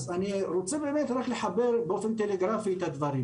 אני רוצה לחבר באופן טלגרפי את הדברים